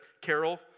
carol